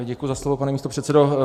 Děkuji za slovo, pane místopředsedo.